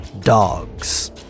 dogs